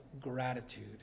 gratitude